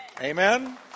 Amen